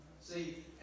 See